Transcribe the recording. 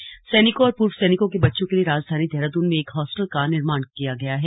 slug hostel सैनिकों और पूर्व सैनिकों के बच्चों के लिए राजधानी देहरादून में एक हॉस्टल का निर्माण किया गया है